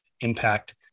impact